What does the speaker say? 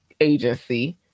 agency